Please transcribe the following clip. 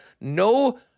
No